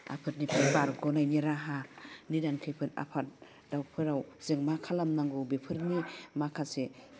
आफोदनिफ्राय बारग'नायनि राहा निदान खैफोद आफोदफोराव जों मा खालामनांगौ बेफोरनि माखासे